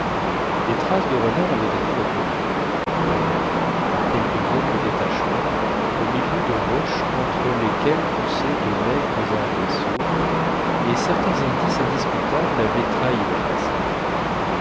des traces de renards avaient été reconnues la veille par quelques hommes du détachement au milieu de roches entre lesquelles poussaient de maigres arbrisseaux et certains indices indiscutables avaient trahi leur passage